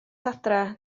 adra